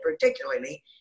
particularly